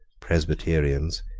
presbyterians,